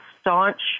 staunch